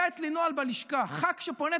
היה אצלי נוהל בלשכה: ח"כ שפונה,